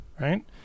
Right